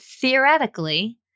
theoretically